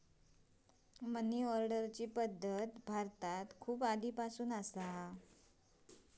मनी ऑर्डरची पद्धत भारतात खूप आधीपासना असा